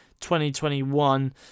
2021